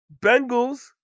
Bengals